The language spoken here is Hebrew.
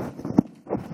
גברתי היושבת-ראש,